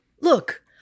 look